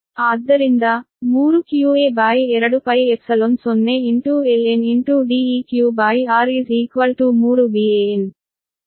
ಆದ್ದರಿಂದ 3qa2π0ln Deqr 3 Van